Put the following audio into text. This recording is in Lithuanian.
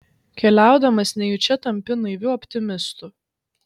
keliaudamas nejučia tampi naiviu optimistu